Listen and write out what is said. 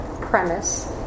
premise